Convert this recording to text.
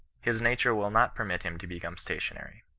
his nature will not permit him to become stationary.